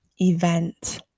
event